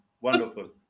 wonderful